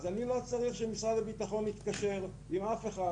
אז אני לא צריך שמשרד הביטחון יתקשר עם אף אחד.